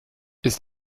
ist